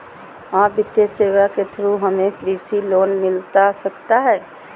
आ वित्तीय सेवाएं के थ्रू हमें कृषि लोन मिलता सकता है?